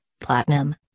platinum